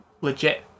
legit